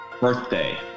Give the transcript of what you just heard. birthday